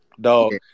Dog